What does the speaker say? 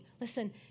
listen